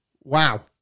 wow